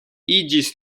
iĝis